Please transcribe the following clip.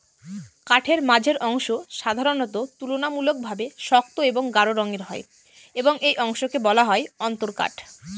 কাঠের মাঝের অংশ সাধারণত তুলনামূলকভাবে শক্ত ও গাঢ় রঙের হয় এবং এই অংশকে বলা হয় অন্তরকাঠ